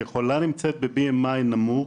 כשחולה נמצאת ב-BMI נמוך,